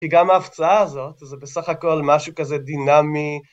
כי גם ההפצה הזאת, זה בסך הכל משהו כזה דינמי.